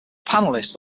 panelist